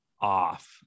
off